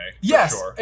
Yes